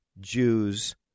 Jews